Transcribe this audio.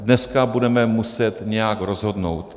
Dneska budeme muset nějak rozhodnout.